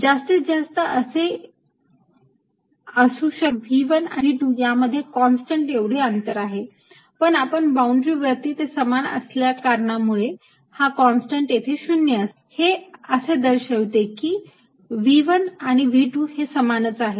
जास्तीत जास्त असे असु शकते की V1 आणि V2 यांमध्ये कॉन्स्टंट एवढे अंतर आहे पण बाउंड्री वरती ते समान असल्या कारणामुळे हा कॉन्स्टंट येथे 0 असेल हे असे दर्शवते की V1 आणि V2 हे समानच आहेत